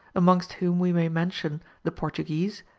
amongst whom we may mention the portuguese,